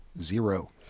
zero